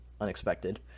unexpected